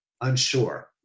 unsure